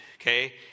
okay